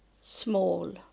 small